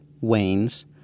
wanes